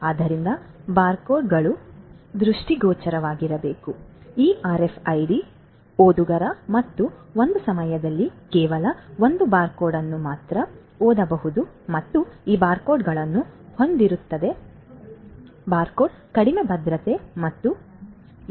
ಆದ್ದರಿಂದ ಬಾರ್ಕೋಡ್ಗಳುದೃಷ್ಟಿಗೋಚರವಾಗಿರಬೇಕು ಈ ಆರ್ಎಫ್ಐಡಿ ಓದುಗರಮತ್ತು ಒಂದು ಸಮಯದಲ್ಲಿ ಕೇವಲ ಒಂದು ಬಾರ್ಕೋಡ್ ಅನ್ನು ಮಾತ್ರ ಓದಬಹುದು ಮತ್ತು ಈ ಬಾರ್ಕೋಡ್ಗಳನ್ನು ಹೊಂದಿರುತ್ತದೆ ಕಡಿಮೆ ಭದ್ರತೆ ಮತ್ತು ಆದ್ದರಿಂದ ಬಲವಂತವಾಗಿ ಮಾಡಬಹುದು